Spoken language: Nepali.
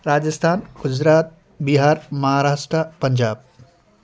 राजस्थान गुजरात बिहार महाराष्ट्र पन्जाब